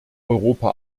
europa